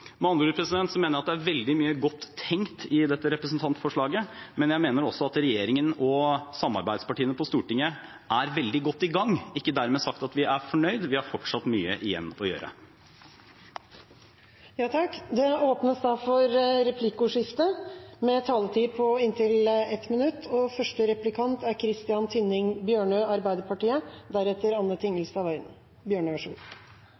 Med andre ord mener jeg at det er veldig mye godt tenkt i dette representantforslaget, men jeg mener også at regjeringen og samarbeidspartiene på Stortinget er veldig godt i gang. Det er ikke dermed sagt at vi er fornøyd, vi har fortsatt mye igjen å gjøre. Det blir replikkordskifte. Dette er litt forvirrende. Spørsmålet mitt er egentlig ganske kort og greit: Hvorfor støtter ikke Høyre og statsråden forslagene fra Arbeiderpartiet